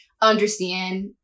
understand